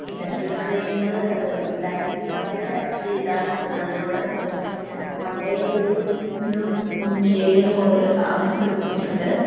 electric ട്രെയിനുകൾ line കമ്പിയെ touch ചെയ്താണ് മുകളിലൂടെ പോവുന്നത് മണ്ടയിലൊരു എന്തോ ഏരിയേല് പോലൊരു സാധനം പിടിപ്പിച്ചിട്ടുണ്ട്